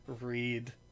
read